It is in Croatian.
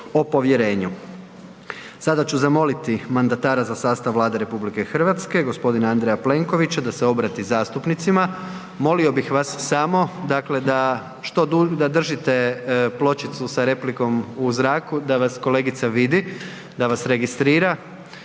o povjerenju. Sada ću zamoliti mandatara za sastav Vlade RH g. Andreja Plenkovića da se obrati zastupnicima. Molio bih vas samo dakle da, što, da držite pločicu sa replikom u zraku da vas kolegica vidi, da vas registrira.